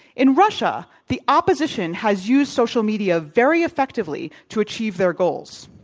in russia, the opposition has used social media very effectively to achieve their goals.